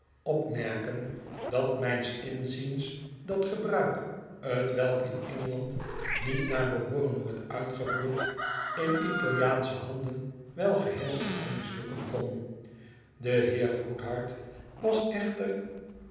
opmerken dat mijns inziens dat gebruik twelk in engeland niet naar behooren wordt uitgevoerd in italiaansche handen wel geheel en al mislukken kon de heer goedhart was echter